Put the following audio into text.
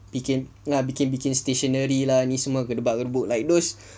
bikin bikin stationery lah ini semua gedebak gedebuk like those